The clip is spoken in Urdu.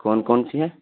کون کون سی ہیں